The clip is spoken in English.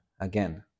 again